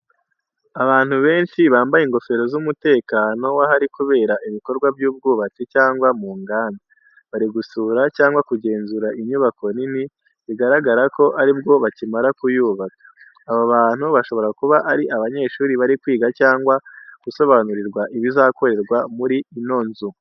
Abantu benshi bambaye ingofero z’umutekano w'ahari kubera ibikorwa by'ubwubatsi cyangwa mu nganda. Bari gusura cyangwa kugenzura inyubako nini, bigaragara ko ari bwo bakimara kuyubaka. Abo bantu bashobora kuba ari abanyeshuri bari kwiga cyangwa gusobanurirwa ibizakorerwa muri ino nzu.